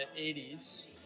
80s